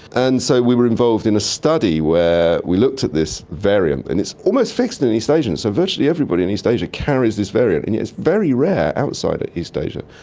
and so we were involved in a study where we looked at this variant, and it's almost fixed in and east asians, so virtually everybody in east asia carries this variant, and yet it's very rare outside of ah east asia.